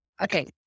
Okay